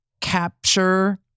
capture